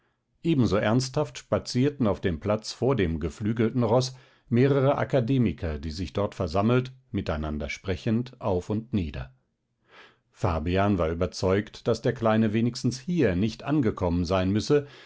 ebenso ernsthaft spazierten auf dem platz vor dem geflügelten roß mehrere akademiker die sich dort versammelt miteinander sprechend auf und nieder fabian war überzeugt daß der kleine wenigstens hier nicht angekommen sein müsse